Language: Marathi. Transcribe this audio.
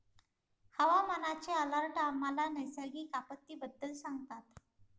हवामानाचे अलर्ट आम्हाला नैसर्गिक आपत्तींबद्दल सांगतात